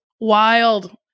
Wild